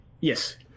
Yes